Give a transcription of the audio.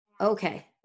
Okay